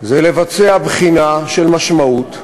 לבצע בחינה של משמעות,